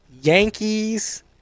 Yankees